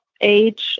age